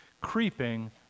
creeping